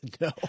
No